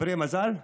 בני מזל?